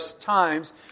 times